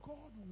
God